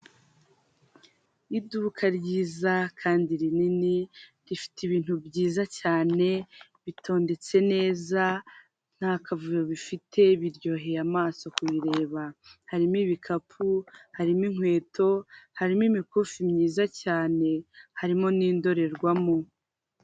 Iduka ryiza kandi rinini rifite ibintu byiza cyane bitondetse neza nta kavuyo bifite biryoheye amaso kubireba harimo ibikapu harimo inkweto harimo imikufi myiza cyane harimo n'indorerwamo.